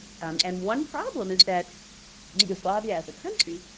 and one problem is that yugoslavia as a country,